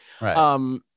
Right